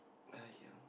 !aiya!